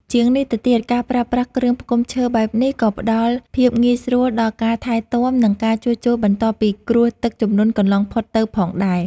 ជាងនេះទៅទៀត ការប្រើប្រាស់គ្រឿងផ្គុំឈើបែបនេះក៏ផ្ដល់ភាពងាយស្រួលដល់ការថែទាំ និងការជួសជុលបន្ទាប់ពីគ្រោះទឹកជំនន់កន្លងផុតទៅផងដែរ។